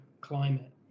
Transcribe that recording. climate